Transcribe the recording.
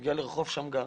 לרחוב שמגר.